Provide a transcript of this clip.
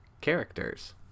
characters